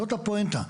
זאת הפואנטה.